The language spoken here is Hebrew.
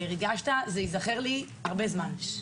ריגשת, זה ייזכר לי לאורך זמן רב.